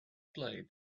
blade